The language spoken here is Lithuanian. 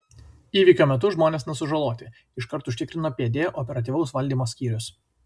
įvykio metu žmonės nesužaloti iškart užtikrino pd operatyvaus valdymo skyrius